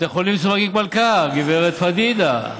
בתי חולים מסווגים כמלכ"ר, גברת פדידה.